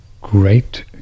great